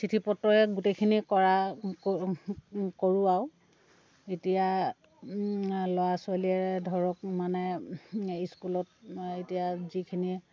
চিঠি পত্ৰই গোটেইখিনি কৰা কৰোঁ আও এতিয়া ল'ৰা ছোৱালীয়ে ধৰক মানে স্কুলত এতিয়া যিখিনি